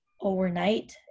overnight